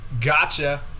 gotcha